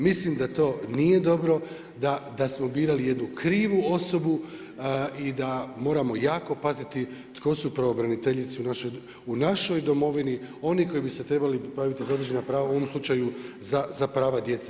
Mislim da to nije dobro, da smo birali jednu krivu osobu i da moramo jako paziti tko su pravobraniteljice u našoj domovini, oni koji bi se trebali baviti za određena prava, u ovom slučaju za prava djece.